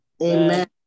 Amen